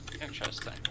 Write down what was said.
Interesting